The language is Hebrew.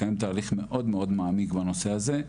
מקיים תהליך מאוד מאוד מעמיק בנושא הזה,